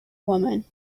woman